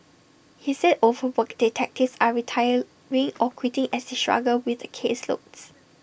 he said overworked detectives are retiring or quitting as they struggle with the caseloads